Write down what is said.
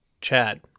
Chad